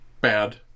bad